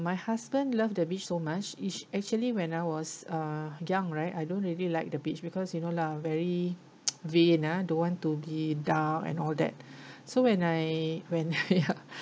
my husband love the beach so much ish actually when I was uh young right I don't really like the beach because you know lah very vain ah don't want to be dark and all that so when I when I